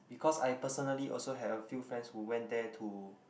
because I personally also have a few friends who went there to